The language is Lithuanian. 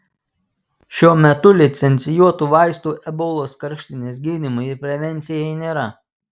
šiuo metu licencijuotų vaistų ebolos karštinės gydymui ir prevencijai nėra